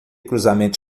cruzamento